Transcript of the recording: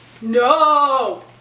no